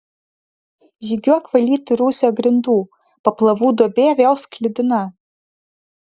žygiuok valyti rūsio grindų paplavų duobė vėl sklidina